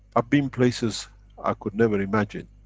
ah been places i could never imagine.